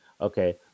Okay